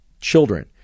children